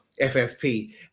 FFP